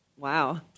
Wow